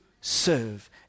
serve